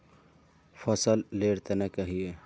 फसल लेर तने कहिए?